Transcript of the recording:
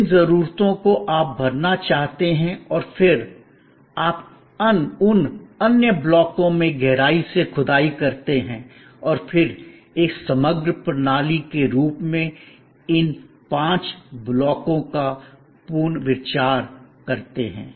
जिन जरूरतों को आप भरना चाहते हैं और फिर आप उन अन्य ब्लॉकों में गहराई से खुदाई करते हैं और फिर एक समग्र प्रणाली के रूप में इन पांच ब्लॉकों का पुनर्विचार करते हैं